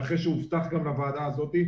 ואחרי שהובטח גם לוועדה הזאת,